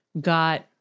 got